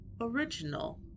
original